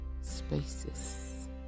spaces